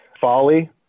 folly